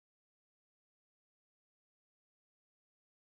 Yangwei why are you doing that to me